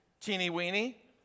Teeny-weeny